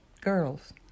girls